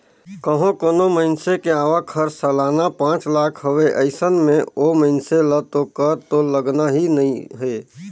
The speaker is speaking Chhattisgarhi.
कंहो कोनो मइनसे के आवक हर सलाना पांच लाख हवे अइसन में ओ मइनसे ल तो कर तो लगना ही नइ हे